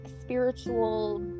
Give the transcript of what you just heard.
spiritual